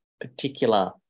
particular